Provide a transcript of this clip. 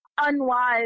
unwise